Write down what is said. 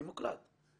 אני מוקלט.